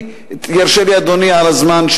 ירשה לי אדוני על הזמן,